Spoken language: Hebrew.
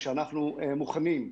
כשאנחנו מוכנים,